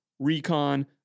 Recon